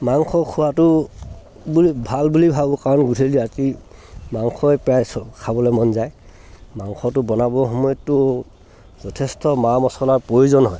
মাংস খোৱাটো বুলি বহুত ভাল বুলি ভাবোঁ কাৰণ গধূলি ৰাতি মাংসই প্ৰায় খাবলৈ মন যায় মাংসটো বনাবৰ সমতো যথেষ্ট মা মছলাৰ প্ৰয়োজন হয়